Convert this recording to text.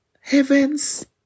heavens